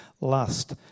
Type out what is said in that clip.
lust